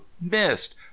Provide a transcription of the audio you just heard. missed